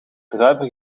druiven